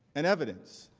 and evidence.